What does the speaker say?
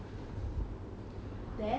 then when did it change